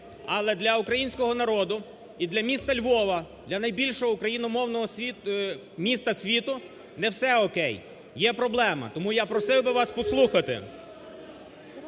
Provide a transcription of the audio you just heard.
Але для українського народу і для міста Львова, для найбільшого україномовного міста світу не все окей, є проблема. Тому я просив би вас послухати.